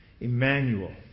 Emmanuel